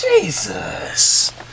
Jesus